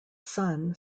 sun